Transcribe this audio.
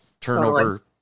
turnover